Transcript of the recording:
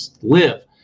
live